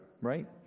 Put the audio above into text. Right